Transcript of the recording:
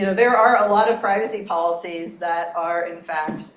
you know there are a lot of privacy policies that are, in fact,